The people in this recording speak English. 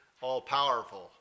all-powerful